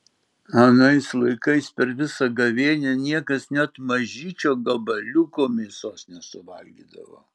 anais laikais per visą gavėnią niekas net mažyčio gabaliuko mėsos nesuvalgydavo